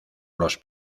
los